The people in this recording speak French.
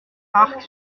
arc